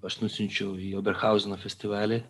aš nusiunčiau į oberhauzeno festivalį